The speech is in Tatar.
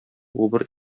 убыр